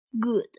good